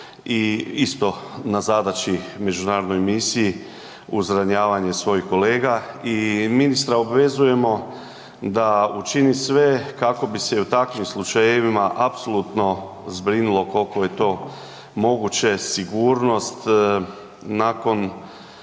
i isto na zadaći u međunarodnoj misiji uz ranjavanje svojih kolega. I ministra obvezujemo da učini sve kako bi se i u takvim slučajevima apsolutno zbrinulo koliko je to moguće sigurnost nakon